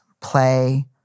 play